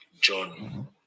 John